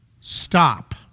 stop